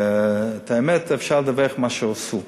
ואת האמת אפשר לדווח, מה שעשו,